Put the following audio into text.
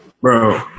bro